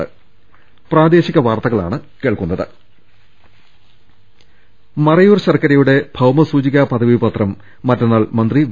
ൃ മറയൂർ ശർക്കരയുടെ ഭൌമസൂചികാ പദവി പത്രം മറ്റന്നാൾ മന്ത്രി വി